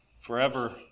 forever